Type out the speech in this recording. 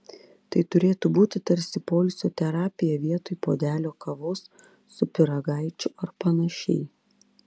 tai turėtų būti tarsi poilsio terapija vietoj puodelio kavos su pyragaičiu ar panašiai